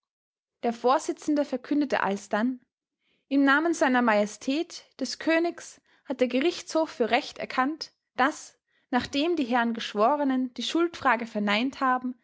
der vorsitzende verkündete alsdann im namen seiner majestät des königs hat der gerichtshof für recht erkannt daß nachdem die herren geschworenen die schuldfrage verneint haben